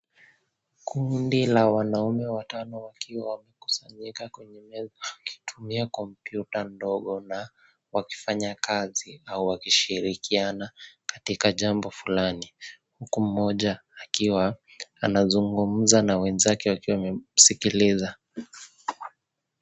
Kundi ka wanaume watano wakiwa wamekusanyika kwenye meza wakitumia kompyuta ndogo na wakifanya kazi au wakishirikiana katika jambo fulani huku mmoja akiwa anazungumza na wenzake wamemsikiliza.